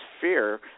fear